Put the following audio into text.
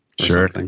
Sure